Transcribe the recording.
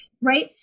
right